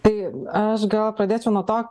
tai aš gal pradėčiau nuo to